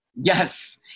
Yes